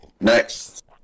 Next